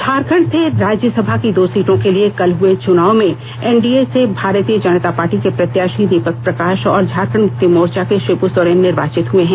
झारखंड से राज्यसभा की दो सीटों के लिए कल हुए चुनाव में एनडीए से भारतीय जनता पार्टी के प्रत्याशी दीपक प्रकाश और झारखंड मुक्ति मोर्चा के शिबू सोरेन निर्वाचित हुए हैं